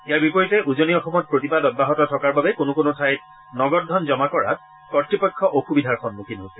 ইয়াৰ বিপৰীতে উজনি অসমত প্ৰতিবাদ অব্যাহত থকাৰ বাবে কোনো কোনো ঠাইত নগদ ধন জমা কৰাত কৰ্তৃপক্ষ অসুবিধাৰ সন্মুখীন হৈছে